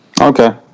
Okay